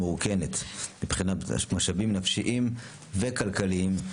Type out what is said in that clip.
מרוקנת מבחינת משאבים נפשיים וכלכליים,